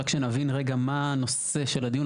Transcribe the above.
רק שנבין רגע מה נושא הדיון,